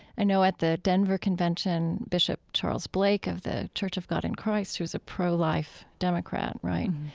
i know at the denver convention, bishop charles blake of the church of god in christ who is a pro-life democrat, right,